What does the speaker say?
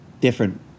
different